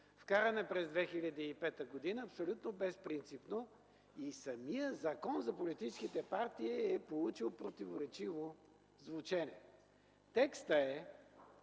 вкаран през 2005 г. абсолютно безпринципно. Самият Закон за политическите партии е получил противоречиво звучене. Текстът е